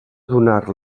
donar